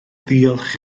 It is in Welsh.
ddiolch